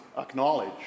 acknowledge